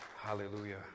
Hallelujah